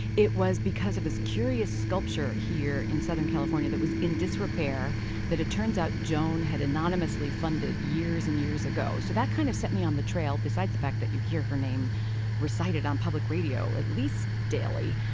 it was because of this curious sculpture in southern california that was in disrepair that it turns out joan had anonymously funded years and years ago. so that kind of set me on the trail besides the fact that you hear her name recited on public radio at least daily.